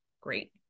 great